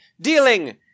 dealing